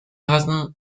hatten